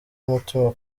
umutima